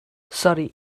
sori